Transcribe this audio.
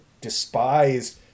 despised